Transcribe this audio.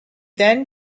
then